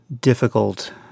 difficult